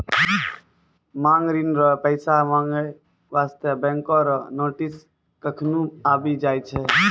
मांग ऋण रो पैसा माँगै बास्ते बैंको रो नोटिस कखनु आबि जाय छै